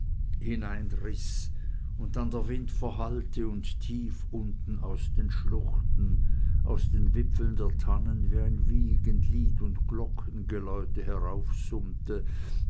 hineinriß und dann der wind verhallte und tief unten aus den schluchten aus den wipfeln der tannen wie ein wiegenlied und glockengeläute